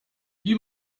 you